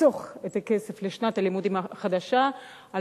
לחסוך את הכסף לשנת הלימודים החדשה על